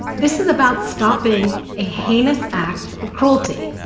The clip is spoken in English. this is about stopping a heinous act of cruelty.